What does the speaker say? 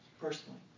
personally